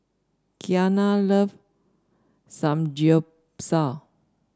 Kiana love Samgyeopsal